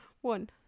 One